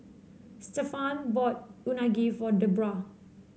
Stephaine bought Unagi for Debroah